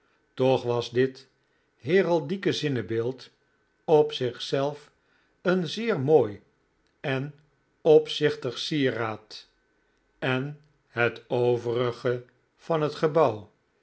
toch was dit heraldieke zinnebeeld op p zichzelf een zeer mooi en opzichtig sieraad en het overige van het gebouw